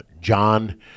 John